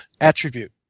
attribute